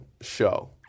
show